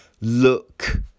look